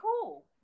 cool